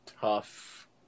tough